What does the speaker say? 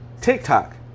TikTok